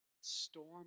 storm